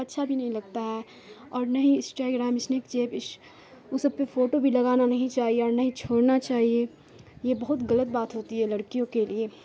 اچھا بھی نہیں لگتا ہے اور نہ ہی اسٹاگرام اسنیپ چیپ وہ سب پہ فوٹو بھی لگانا نہیں چاہیے اور نہ ہی چھوڑنا چاہیے یہ بہت غلط بات ہوتی ہے لڑکیوں کے لیے